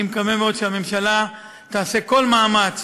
אני מקווה מאוד שהממשלה תעשה כל מאמץ